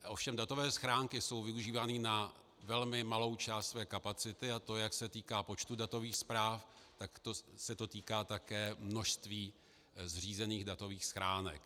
Ovšem datové schránky jsou využívány na velmi malou část své kapacity, a to jak co se týká počtu datových zpráv, tak se to týká také množství zřízených datových schránek.